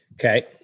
Okay